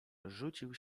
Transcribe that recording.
rzucił